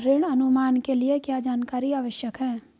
ऋण अनुमान के लिए क्या जानकारी आवश्यक है?